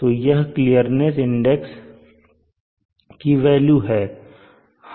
तो यह clearance index की वेल्यू हैं